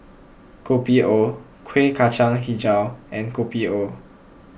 Kopi O Kueh Kacang HiJau and Kopi O